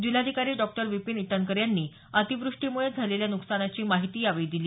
जिल्हाधिकारी डॉक्टर विपिन ईटनकर यांनी अतिवृष्टीमुळे झालेल्या न्कसानाची माहिती यावेळी दिली